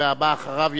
והבא אחריו,